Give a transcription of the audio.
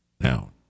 Now